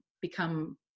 become